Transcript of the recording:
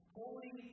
holy